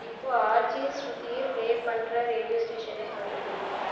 இப்போது ஆர்ஜே ஸ்ருதியை ப்ளே பண்ணுற ரேடியோ ஸ்டேஷனை கண்டுபிடி